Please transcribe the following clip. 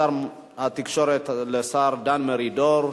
משר התקשורת לשר דן מרידור,